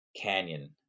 Canyon